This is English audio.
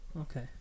Okay